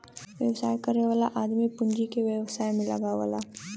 व्यवसाय करे वाला आदमी पूँजी के व्यवसाय में लगावला